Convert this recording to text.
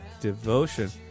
Devotion